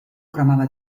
cremava